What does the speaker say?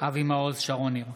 אבי מעוז, אינו נוכח שרון ניר,